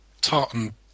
Tartan